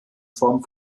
form